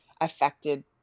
affected